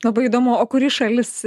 labai įdomu o kuri šalis